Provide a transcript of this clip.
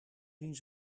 zien